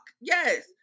Yes